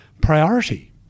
priority